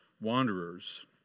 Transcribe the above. wanderers